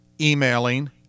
emailing